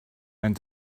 and